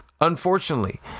unfortunately